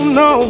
no